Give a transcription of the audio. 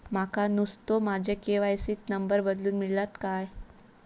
माका नुस्तो माझ्या के.वाय.सी त नंबर बदलून मिलात काय?